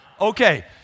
Okay